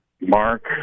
mark